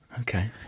Okay